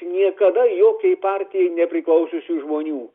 niekada jokiai partijai nepriklausiusių žmonių